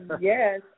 yes